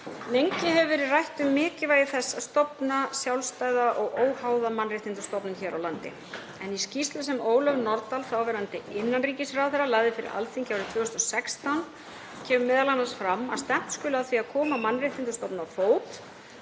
Lengi hefur verið rætt um mikilvægi þess að stofna sjálfstæða og óháða mannréttindastofnun hér á landi. Í skýrslu sem Ólöf Nordal, þáverandi innanríkisráðherra, lagði fyrir Alþingi árið 2016 kemur m.a. fram að stefnt skuli að því að koma mannréttindastofnun á fót